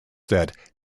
that